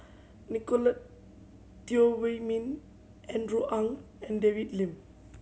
Nicolette Teo Wei Min Andrew Ang and David Lim